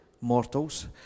mortals